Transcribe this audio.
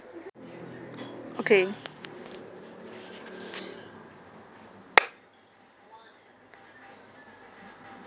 okay